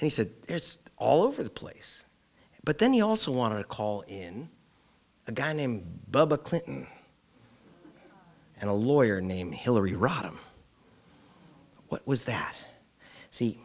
saying he said it's all over the place but then you also want to call in a guy named bubba clinton and a lawyer named hillary rodham what was that see